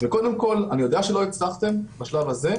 וקודם כל אני יודע שלא הצלחתם בשלב הזה,